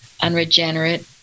unregenerate